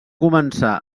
començar